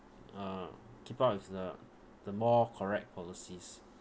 uh keep up with the the more correct policies